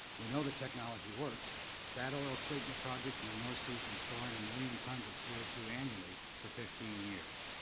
we know the technology works. statoil's sleipner project in the north sea has been storing a million tons of c o two annually for fifteen years.